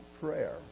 prayer